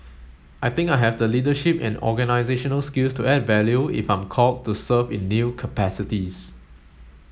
I think I have the leadership and organisational skills to add value if I'm called to serve in new capacities